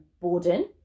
Borden